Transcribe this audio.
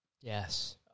Yes